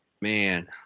Man